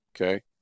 Okay